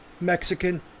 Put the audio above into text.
mexican